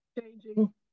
changing